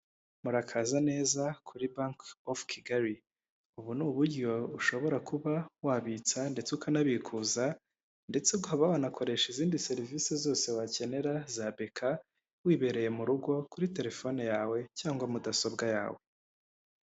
Murakaza neza kuri banke ofu Kigali, ubu ni uburyo ushobora kuba wabitsa ndetse ukanabikuza, ndetse ukaba wanakoresha izindi serivisi zose wakenera za beka, wibereye mu rugo kuri telefone yawe cyangwa mudasobwa yawe.